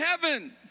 heaven